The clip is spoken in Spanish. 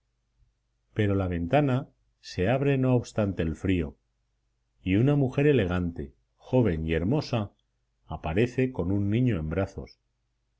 pero la ventana se abre no obstante el frío y una mujer elegante joven y hermosa aparece con un niño en brazos